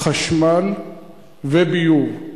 חשמל וביוב.